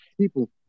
people